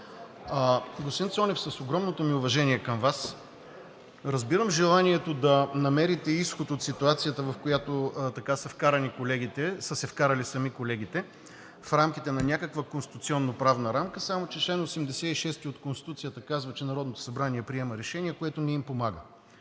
Господин Цонев, с огромното ми уважение към Вас, разбирам желанието да намерите изход от ситуацията, в която така са се вкарали сами колеги, в рамките на някаква конституционна правна рамка, само че чл. 86 от Конституцията казва, че Народното събрание приема решение, което не им помага.